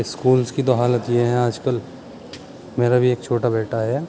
schools کی تو حالت یہ ہیں آج کل میرا بھی ایک چھوٹا بیٹا ہے